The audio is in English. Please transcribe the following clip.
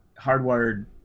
hardwired